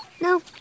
No